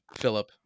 Philip